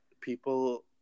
people